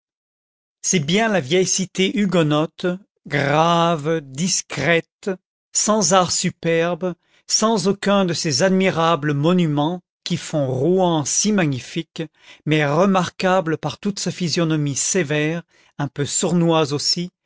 c'est bien la vieille cité huguenote grave discrète sans art superbe sans aucun de ces admirables monuments qui font rouen si magnifique mais remarquable par toute sa physionomie sévère un peu sournoise aussi